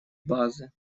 базы